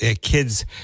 kids